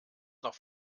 noch